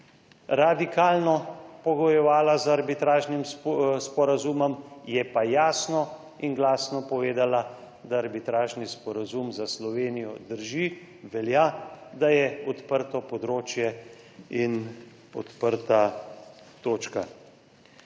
radikalno pogojevala z arbitražnim sporazumom. Je pa jasno in glasno povedala, da arbitražni sporazum za Slovenijo drži, velja, da je odprto področje in podprta točka.